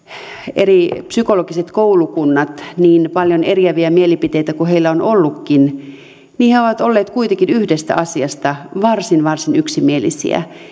eri psykologiset koulukunnat niin paljon eriäviä mielipiteitä kuin heillä on ollutkin ovat olleet kuitenkin yhdestä asiasta varsin varsin yksimielisiä